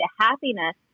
happiness